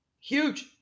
Huge